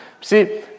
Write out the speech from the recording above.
See